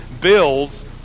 bills